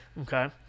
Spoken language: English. Okay